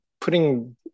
putting